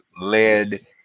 led